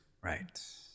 right